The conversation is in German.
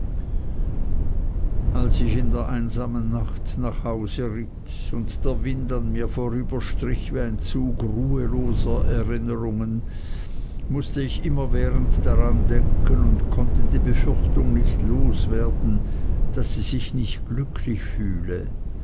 als ich in der einsamen nacht nach hause ritt und der wind an mir vorüberstrich wie ein zug ruheloser erinnerungen mußte ich immerwährend daran denken und konnte die befürchtung nicht los werden daß sie sich nicht glücklich fühle